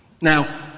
Now